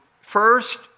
first